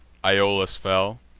iolas fell,